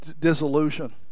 dissolution